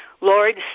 Lord